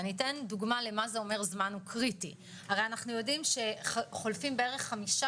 למשל - הרי אנחנו יודעים שחולפים כחמישה